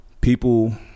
people